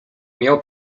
miał